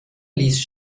ließ